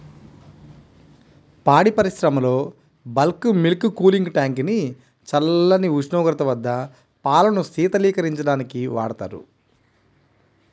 పాడి పరిశ్రమలో bulk milk cooling tank ని చల్లని ఉష్ణోగ్రత వద్ద పాలను శీతలీకరించడానికి వాడతారు